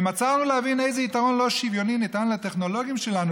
האם עצרנו להבין איזה יתרון לא-שוויוני ניתן לטכנולוגים שלנו,